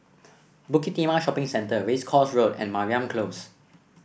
Bukit Timah Shopping Centre Race Course Road and Mariam Close